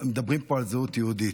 מדברים פה על זהות יהודית.